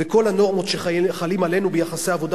וכל הנורמות שחלות עלינו ביחסי עבודה